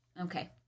okay